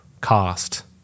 cost